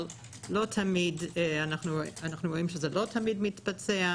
אבל אנחנו רואים שזה לא תמיד מתבצע.